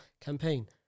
campaign